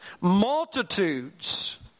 multitudes